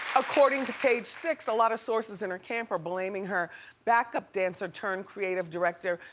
according to page six, a lotta sources in her camp are blaming her backup dancer turned creative director,